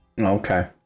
Okay